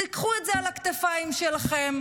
קחו את זה על הכתפיים שלכם.